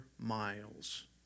miles